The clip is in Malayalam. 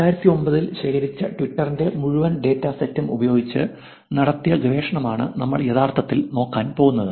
2009 ൽ ശേഖരിച്ച ട്വിറ്ററിന്റെ മുഴുവൻ ഡാറ്റ സെറ്റും ഉപയോഗിച്ച് നടത്തിയ ഗവേഷണമാണ് നമ്മൾ യഥാർത്ഥത്തിൽ നോക്കാൻ പോകുന്നത്